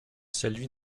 celui